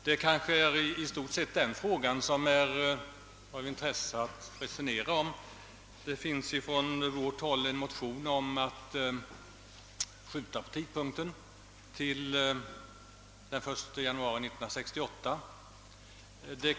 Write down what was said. Det är väsentligen den senare frågan som här är av intresse att diskutera. Från vårt håll har vi väckt en motion om att skjuta på tidpunkten för omorganisationen till 1 januari 1968.